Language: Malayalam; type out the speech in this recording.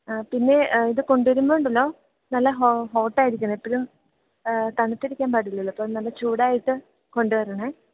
ആ പിന്നെ ഇത് കൊണ്ടു വരുമ്പോൾ ഉണ്ടല്ലോ നല്ല ഹോട്ടായിരിക്കണം എപ്പോഴും തണുത്തിരിക്കാൻ പാടില്ലല്ലോ അപ്പം നല്ല ചൂടായിട്ട് കൊണ്ടു വരണെ